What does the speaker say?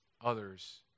others